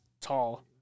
tall